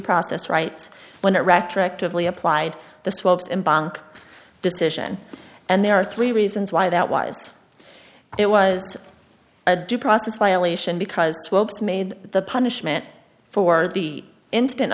process rights when it retroactively applied the swaps and bonk decision and there are three reasons why that was it was a due process violation because made the punishment for the instant